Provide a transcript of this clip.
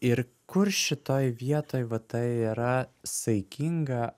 ir kur šitoj vietoj va ta yra saikinga